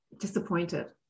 disappointed